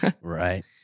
Right